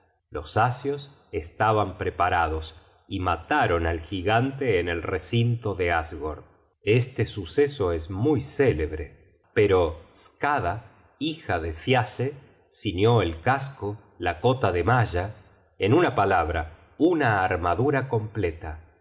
los asios estaban preparados y mataron al gigante en el recinto de asgord este suceso es muy célebre pero skada hija dethiasse ciñó el casco la cota de malla en una palabra una armadura completa